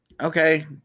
okay